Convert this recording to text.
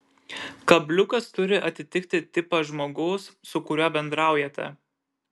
kabliukas turi atitikti tipą žmogaus su kuriuo bendraujate